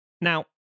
Now